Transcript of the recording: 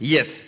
Yes